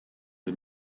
sie